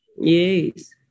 Yes